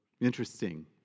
Interesting